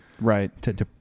Right